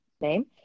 name